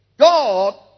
God